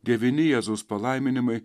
devyni jėzaus palaiminimai